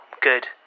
good